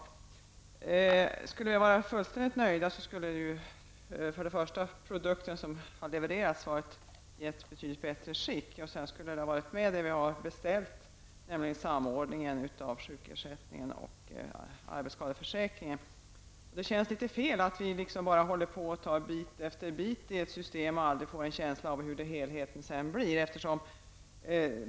Om vi skall kunna bli fullständigt nöjda skulle för det första den levererade produkten vara i betydligt bättre skick och för det andra skulle den samordning av sjukförsäkringen och arbetsskadeförsäkringen som vi har beställt varit med. Det känns litet fel att vi tar bit efter bit i ett system och inte vet hur helheten blir.